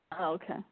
Okay